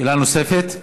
שאלה נוספת?